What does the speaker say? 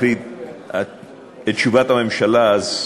היות שאני עכשיו מקריא את תשובת הממשלה אז,